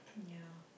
ya